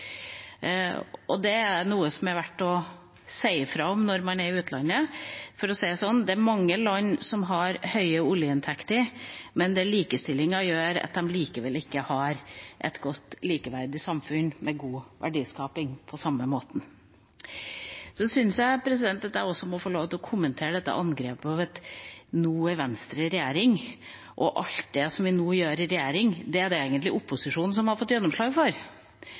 Det er noe som er verdt å si fra om når man er i utlandet. For å si det sånn: Det er mange land som har høye oljeinntekter, men der manglende likestilling gjør at de likevel ikke på samme måte har et godt, likeverdig samfunn med god verdiskaping. Jeg synes at jeg også må få lov til å kommentere dette angrepet, det om at nå er Venstre i regjering, og at alt det vi nå gjør i regjering, er det egentlig opposisjonen som har fått gjennomslag for.